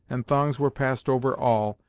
and thongs were passed over all,